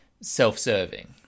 self-serving